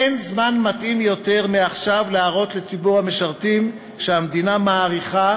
אין זמן מתאים יותר מעכשיו להראות לציבור המשרתים שהמדינה מעריכה